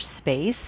space